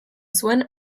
zuen